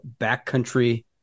backcountry